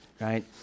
right